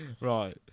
Right